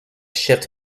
shift